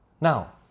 now